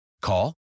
Call